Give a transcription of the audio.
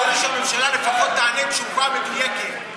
ראוי שהממשלה לפחות תענה תשובה מדויקת.